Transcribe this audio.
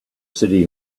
city